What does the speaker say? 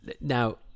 Now